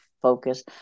focus